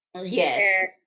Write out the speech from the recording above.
Yes